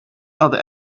other